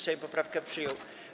Sejm poprawkę przyjął.